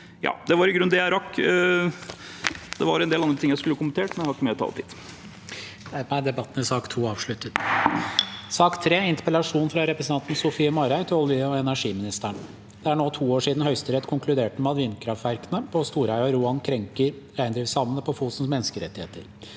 Det var i grunnen det jeg rakk. Det var en del andre ting jeg skulle ha kommentert, men jeg har ikke mer taletid. Presidenten Dermed er debatten i sak nr. 2 avsluttet. Sak nr. 3 Interpellasjon fra representanten Sofie Marhaug til olje- og energiministeren: «Det er nå to år siden Høyesterett konkluderte med at vindkraftverkene på Storheia og Roan krenker reindriftssamene på Fosens menneskerettigheter.